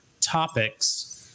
topics